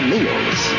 Meals